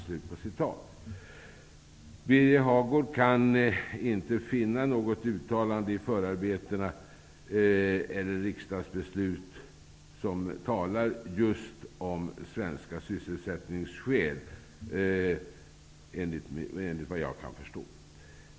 Birger Hagård kan enligt vad jag förstår inte finna något uttalande i förarbeten eller riksdagsbeslut som talar just om svenska sysselsättningsskäl.